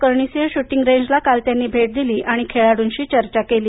करणी सिंह शुटिंग रेंजला काल त्यांनी भेट दिली आणि खेळाडूंशी चर्चा केली